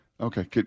Okay